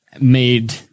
made